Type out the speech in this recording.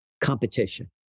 Competition